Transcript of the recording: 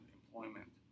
employment